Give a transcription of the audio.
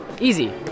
Easy